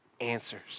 answers